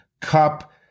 cup